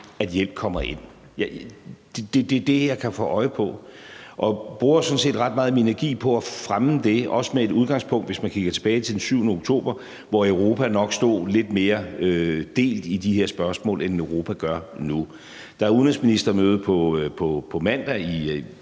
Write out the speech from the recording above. at hjælp kommer ind. Det er det, jeg kan få øje på. Jeg bruger sådan set ret meget af min energi på at fremme det, også med et udgangspunkt, hvis man kigger tilbage til den 7. oktober, hvor Europa nok stod lidt mere delt i de her spørgsmål, end Europa gør nu. Der er udenrigsministermøde på mandag i